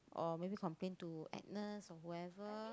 or maybe complain to Agnes or whoever